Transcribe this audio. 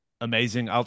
amazing